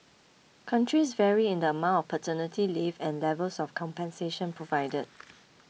countries vary in the amount of paternity leave and levels of compensation provided